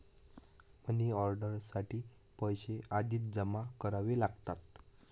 money order साठी पैसे आधीच जमा करावे लागतात